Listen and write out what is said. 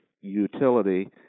utility